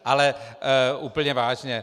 Ale úplně vážně.